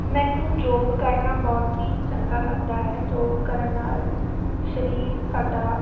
ਮੈਨੂੰ ਯੋਗ ਕਰਨਾ ਬਹੁਤ ਹੀ ਚੰਗਾ ਲੱਗਦਾ ਹੈ ਯੋਗ ਕਰਨ ਨਾਲ ਸਰੀਰ ਸਾਡਾ